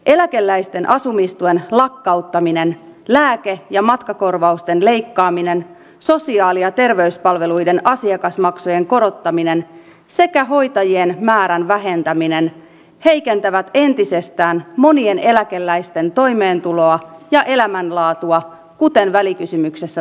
eläkeläisten asumistuen lakkauttaminen lääke ja matkakorvausten leikkaaminen sosiaali ja terveyspalveluiden asiakasmaksujen korottaminen sekä hoitajien määrän vähentäminen heikentävät entisestään monien eläkeläisten toimeentuloa ja elämänlaatua kuten välikysymyksessä todetaan